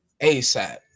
ASAP